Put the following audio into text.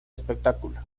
espectáculo